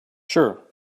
sure